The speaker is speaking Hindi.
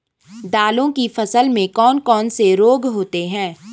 दालों की फसल में कौन कौन से रोग होते हैं?